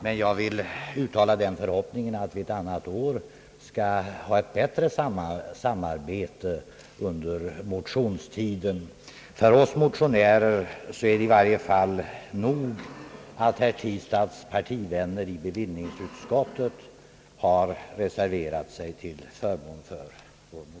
Men jag vill uttala den förhoppningen att vi ett annat år skall ha ett bättre samarbete under motionstiden. För oss motionärer är det i varje fall nog, att herr Tistads partivänner i bevillningsutskottet har reserverat sig till förmån för vår motion.